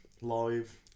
live